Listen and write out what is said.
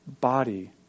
body